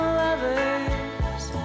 lovers